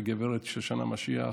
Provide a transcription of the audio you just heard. גב' שושנה משיח,